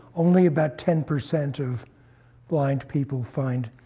only about ten percent of blind people find